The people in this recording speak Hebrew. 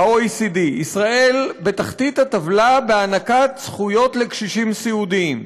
ה-OECD: ישראל בתחתית הטבלה בהענקת זכויות לקשישים סיעודיים,